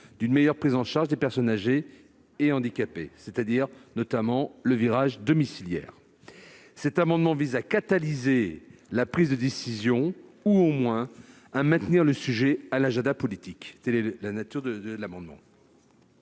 d'une meilleure prise en charge des personnes âgées et des personnes handicapées, c'est-à-dire d'un virage domiciliaire. Cet amendement vise à catalyser la prise de décision ou, au moins, à maintenir le sujet à l'agenda politique. Quel est l'avis du Gouvernement